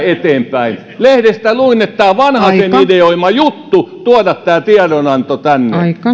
eteenpäin lehdestä luin että on vanhasen ideoima juttu tuoda tämä tiedonanto tänne